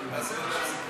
אדוני יושב-ראש הכנסת,